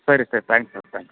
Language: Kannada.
ಸರಿ ಸರ್ ತ್ಯಾಂಕ್ಸ್ ಸರ್ ತ್ಯಾಂಕ್ಸ್